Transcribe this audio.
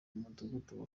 mudugudu